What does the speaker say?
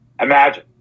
Imagine